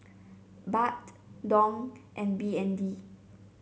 Baht Dong and B N D